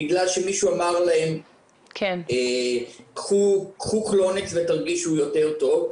בגלל שמישהו אמר להם 'קחו קלונקס ותרגישו יותר טוב',